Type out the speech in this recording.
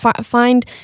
find